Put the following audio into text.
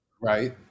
Right